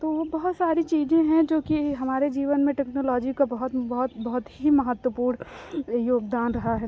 तो वो बहुत सारी चीज़ें हैं जोकि हमारे जीवन में टेक्नोलॉजी का बहुत बहुत बहुत ही महत्वपूर्ण योगदान रहा है